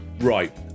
Right